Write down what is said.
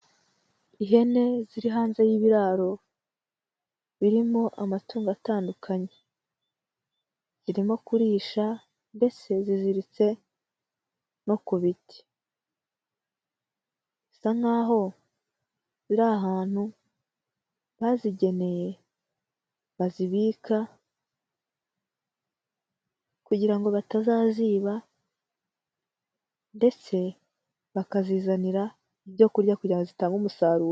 Ihene ziri hanze y'ibiraro birimo amatungo atandukanye, zirimo kurisha mbese ziziritse no ku biti, bisa nkaho ziri ahantu bazigeneye bazibika kugira ngo batazaziba ndetse bakazizanira ibyo kurya kugira ngo zitange umusaruro.